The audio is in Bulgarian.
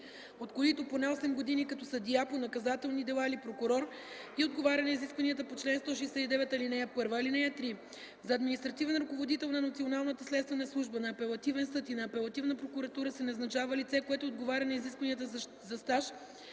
от които поне 8 години като съдия по наказателни дела или прокурор и отговаря на изискванията по чл. 169, ал. 1. (3) За административен ръководител на Националната следствена служба, на апелативен съд и на апелативна прокуратура се назначава лице, което отговаря на изискванията за стаж